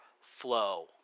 flow